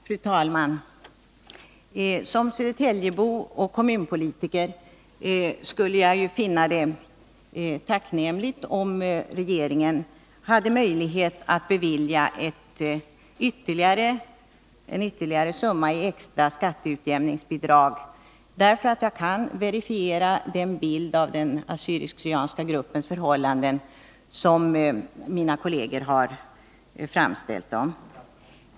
Fru talman! Som södertäljebo och kommunpolitiker skulle jag finna det tacknämligt om regeringen hade möjlighet att bevilja en ytterligare summa i extra skatteutjämningsbidrag, därför att jag kan verifiera den bild av den assyriska/syrianska gruppens förhållanden som mina kolleger har framställt.